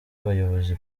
abayobozi